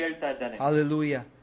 hallelujah